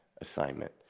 assignment